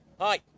Hi